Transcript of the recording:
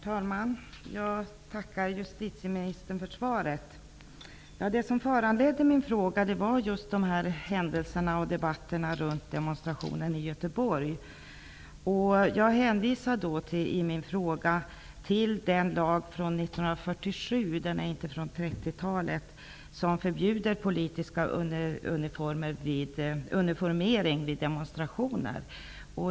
Herr talman! Jag tackar justitieministern för svaret. Det var just händelserna och debatterna runt demonstrationerna i Göteborg som föranledde min fråga. Jag hänvisade i min fråga till den lag från 1947 -- alltså inte från 1930-talet -- som förbjuder politisk uniformering vid politiska demonstrationer.